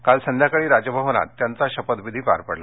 काल संध्याकाळी राजभवनात त्यांचा शपथविधी पार पडला